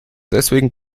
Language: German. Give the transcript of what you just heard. deswegen